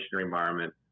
environment